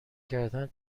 کردن